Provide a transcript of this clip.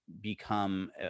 become